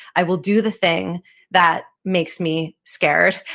i will do the thing that makes me scared.